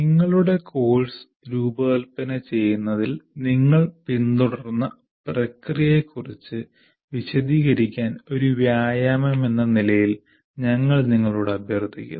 നിങ്ങളുടെ കോഴ്സ് രൂപകൽപ്പന ചെയ്യുന്നതിൽ നിങ്ങൾ പിന്തുടർന്ന പ്രക്രിയയെക്കുറിച്ച് വിശദീകരിക്കാൻ ഒരു വ്യായാമമെന്ന നിലയിൽ ഞങ്ങൾ നിങ്ങളോട് അഭ്യർത്ഥിക്കുന്നു